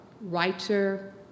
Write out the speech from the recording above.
writer